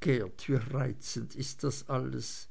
wie reizend ist das alles